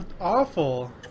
Awful